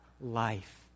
life